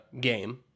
game